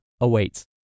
awaits